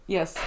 Yes